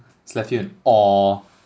left you in awe